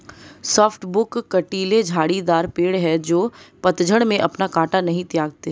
softwood कँटीले झाड़ीदार पेड़ हैं जो पतझड़ में अपना काँटा नहीं त्यागते